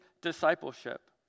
discipleship